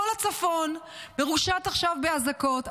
כל הצפון מרושת עכשיו באזעקות.